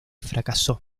fracasó